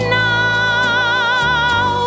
now